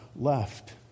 left